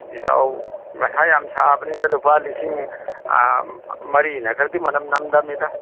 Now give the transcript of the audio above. ꯏꯇꯥꯎ ꯃꯊꯥ ꯌꯥꯝ ꯁꯥꯕꯅꯤꯗ ꯂꯨꯄꯥ ꯂꯤꯁꯤꯡ ꯃꯔꯤꯅꯀꯗꯤ ꯃꯅꯝ ꯅꯝꯗꯃꯤꯗ